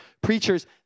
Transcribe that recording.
preachers